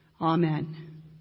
Amen